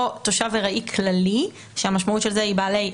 או תושב ארעי כללי, כשהמשמעות של זה היא בעלי א5.